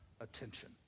attention